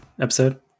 episode